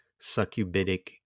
succubitic